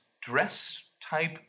dress-type